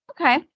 Okay